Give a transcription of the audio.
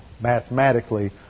mathematically